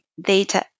data